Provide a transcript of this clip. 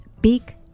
big